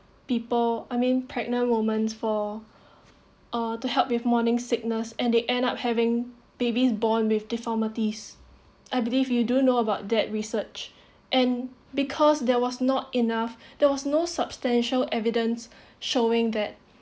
people I mean pregnant woman's for uh to help with morning sickness and they end up having babies born with deformities I believe you do know about that research and because there was not enough there was no substantial evidence showing that